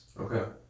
Okay